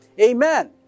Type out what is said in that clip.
Amen